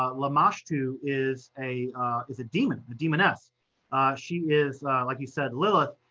ah lamashtu is a is a demon, a demoness. she is like you said, lilith,